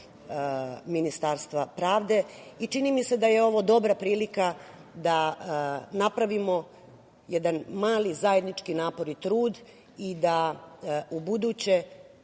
Ministarstva pravde. Čini mi se da je ovo dobra prilika da napravimo jedan mali zajednički napor i trud i da ubuduće